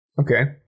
Okay